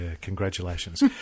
congratulations